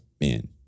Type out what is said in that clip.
man